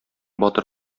батыр